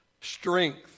strength